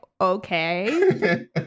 okay